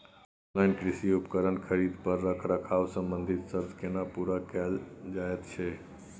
Online कृषि उपकरण खरीद पर रखरखाव संबंधी सर्त केना पूरा कैल जायत छै?